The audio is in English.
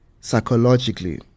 psychologically